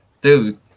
Dude